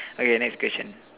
okay next question